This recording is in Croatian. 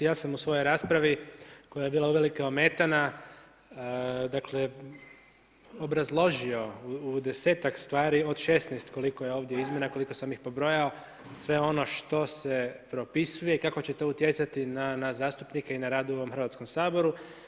Ja sam u svojoj raspravi koja je bila uvelike ometana dakle obrazložio u desetak stvari od šesnaest koliko je ovdje izmjena koliko sam ih pobrojao sve ono što se propisuje i kako će to utjecati na zastupnike i na rad u ovom Hrvatskom saboru.